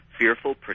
fearful